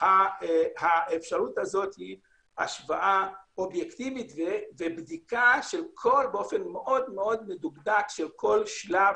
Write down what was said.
האפשרות הזאת היא השוואה אובייקטיבית ובדיקה באופן מדוקדק מאוד של כל שלב